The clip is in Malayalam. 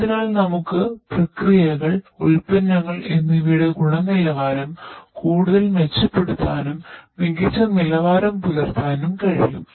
അതിനാൽ നമുക്ക് പ്രക്രിയകൾ ഉൽപ്പന്നങ്ങൾ എന്നിവയുടെ ഗുണനിലവാരം കൂടുതൽ മെച്ചപ്പെടുത്താനും മികച്ച നിലവാരം പുലർത്താനും കഴിയും